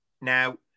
Now